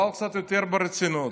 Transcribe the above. אבל קצת יותר ברצינות